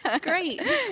great